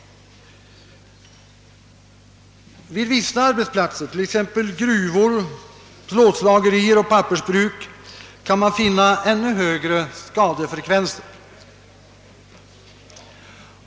Vid vissa arbetsplatser, t.ex. gruvor, plåtslagerier och pappersbruk, kan man finna ännu högre skadefrekvenser.